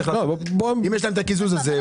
אם יש להם את הקיזוז הזה,